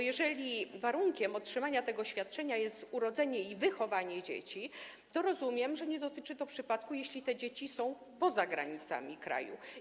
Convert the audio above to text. Jeżeli warunkiem otrzymania tego świadczenia jest urodzenie i wychowanie tutaj dzieci, to, jak rozumiem, nie dotyczy to przypadku, gdy te dzieci są poza granicami kraju.